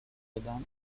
نشدن